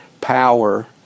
power